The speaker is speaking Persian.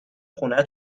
خونه